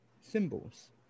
symbols